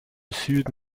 süden